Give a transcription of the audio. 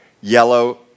yellow